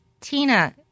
Tina